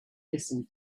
listened